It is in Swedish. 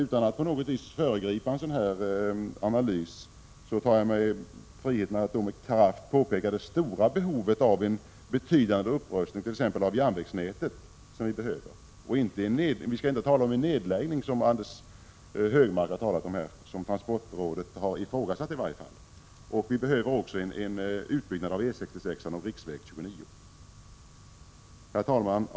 Utan att på något sätt föregripa en sådan analys tar jag mig friheten att med kraft påpeka det stora behovet av en upprustning av t.ex. järnvägsnätet. Man skall inte tala om en nedläggning, som transportrådet i varje fall har ifrågasatt och som Anders Högmark har varit inne på. Vi behöver också en utbyggnad av E 66 och riksväg 29. Herr talman!